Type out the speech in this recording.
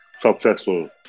successful